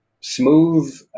smooth